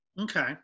Okay